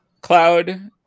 cloud